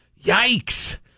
Yikes